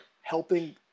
helping